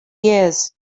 years